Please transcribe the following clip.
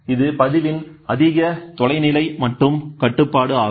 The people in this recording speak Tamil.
இது பதிவின் அதிக தொலைநிலை மற்றும் கட்டுப்பாடு ஆகும்